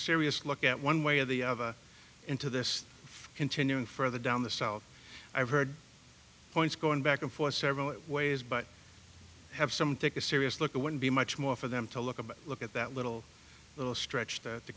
serious look at one way or the other into this continuing further down the south i've heard points going back and forth several ways but have some think a serious look at wouldn't be much more for them to look a look at that little little stretch t